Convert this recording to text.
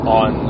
on